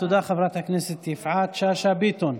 תודה לחברת הכנסת יפעת שאשא ביטון.